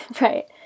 Right